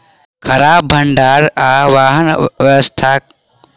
खराब भण्डार आ वाहन व्यवस्थाक कारणेँ तरकारी के बहुत हानि भेल